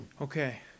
Okay